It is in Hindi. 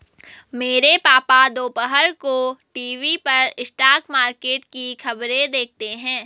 मेरे पापा दोपहर को टीवी पर स्टॉक मार्केट की खबरें देखते हैं